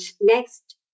next